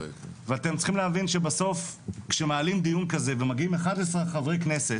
אתם צריכים להבין שבסוף כשמעלים דיון כזה ומגיעים 11 חברי כנסת,